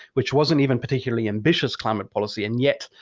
which wasn't even particularly ambitious climate policy, and yet,